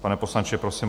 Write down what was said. Pane poslanče, prosím.